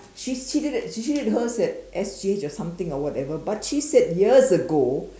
she she did it she did it hers at S_G_H or something or whatever but she said years ago